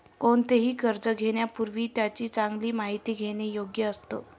कोणतेही कर्ज घेण्यापूर्वी त्याची चांगली माहिती घेणे योग्य असतं